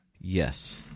Yes